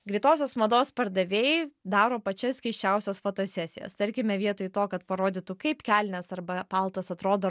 greitosios mados pardavėjai daro pačias keisčiausias fotosesijas tarkime vietoj to kad parodytų kaip kelnės arba paltas atrodo